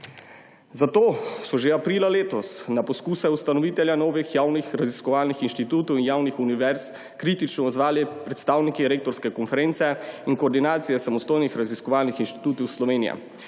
Zato so se že aprila letos na poskuse ustanovitelja novih javnih raziskovalnih inštitutov in javnih univerz kritično odzvali predstavniki Rektorske konference in Koordinacije samostojnih raziskovalnih inštitutov Slovenije.